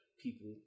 people